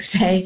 say